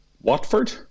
Watford